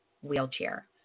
wheelchair